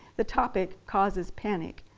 the topic causes panic.